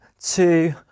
two